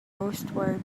postwar